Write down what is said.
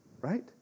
Right